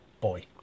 boy